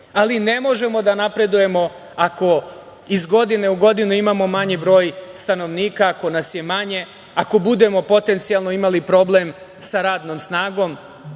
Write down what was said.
ali ne možemo da napredujemo ako iz godine u godinu imamo manji broj stanovnika, ako nas je manje. Ako budemo potencijalno imali problem sa radnom snagom,